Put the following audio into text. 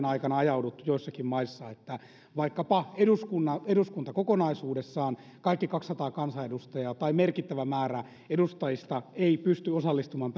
aikana ajauduttu joissakin maissa että vaikkapa eduskunta kokonaisuudessaan kaikki kaksisataa kansanedustajaa tai merkittävä määrä edustajista ei pysty osallistumaan